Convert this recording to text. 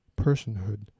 personhood